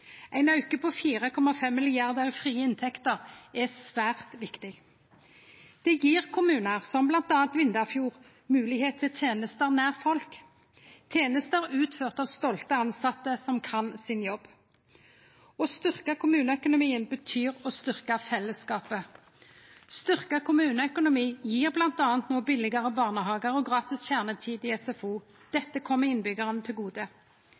Ein auke på 4,5 mrd. kr i frie inntekter er svært viktig. Det gjev kommunar som bl.a. Vindafjord moglegheit til tenester nær folk – tenester utførte av stolte tilsette som kan jobben sin. Å styrkje kommuneøkonomien betyr å styrkje fellesskapet. Ein styrkt kommuneøkonomi gjev no bl.a. billegare barnehagar og gratis kjernetid i SFO. Dette kjem innbyggjarane til gode.